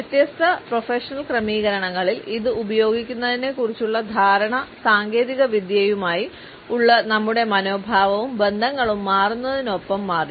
വ്യത്യസ്ത പ്രൊഫഷണൽ ക്രമീകരണങ്ങളിൽ ഇത് ഉപയോഗിക്കുന്നതിനെക്കുറിച്ചുള്ള ധാരണ സാങ്കേതിക വിദ്യയുമായി ഉള്ള നമ്മുടെ മനോഭാവവും ബന്ധങ്ങളും മാറുന്നന്നതിനൊപ്പം മാറി